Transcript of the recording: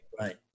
right